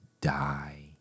die